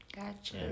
Gotcha